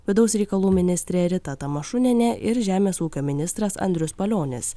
vidaus reikalų ministrė rita tamašūnienė ir žemės ūkio ministras andrius palionis